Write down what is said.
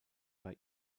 bei